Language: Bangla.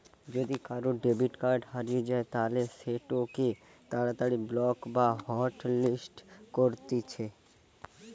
যদি কারুর ডেবিট কার্ড হারিয়ে যায় তালে সেটোকে তাড়াতাড়ি ব্লক বা হটলিস্ট করতিছে